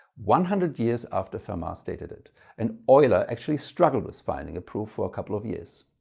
one hundred years after fermat stated it and euler actually struggled with finding a proof for couple of years.